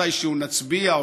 מתישהו נצביע,